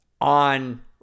on